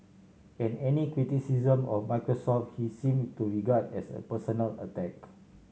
and any criticism of Microsoft he seemed to regard as a personal attack